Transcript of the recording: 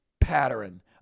pattern